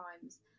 times